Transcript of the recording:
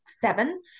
seven